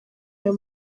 ayo